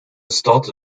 stad